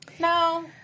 No